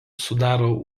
sudaro